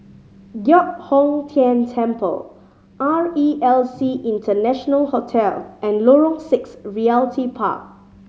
Giok Hong Tian Temple R E L C International Hotel and Lorong Six Realty Park